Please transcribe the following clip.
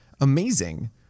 Amazing